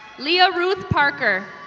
lea ah ruth parker.